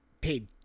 paid